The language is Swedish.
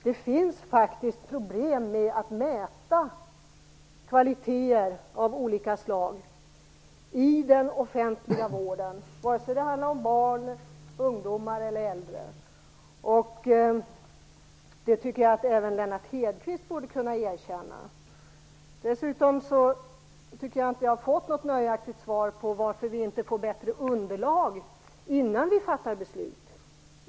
Det finns faktiskt problem med att mäta kvaliteter av olika slag i den offentliga vården, vare sig det handlar om barn, ungdomar eller äldre. Det tycker jag att även Lennart Hedquist borde kunna erkänna. Dessutom tycker jag inte att jag har fått något nöjaktigt svar på frågan varför vi inte får bättre underlag innan vi fattar beslut.